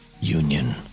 Union